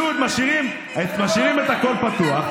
פשוט משאירים את הכול פתוח.